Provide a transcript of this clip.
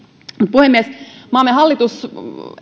puhemies maamme hallitus